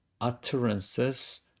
utterances